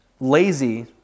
lazy